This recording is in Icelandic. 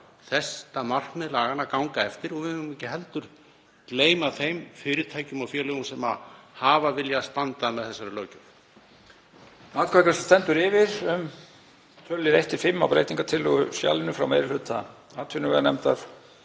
þessi markmið laganna ganga eftir og við megum ekki heldur gleyma þeim fyrirtækjum og félögum sem hafa viljað standa með þessari löggjöf.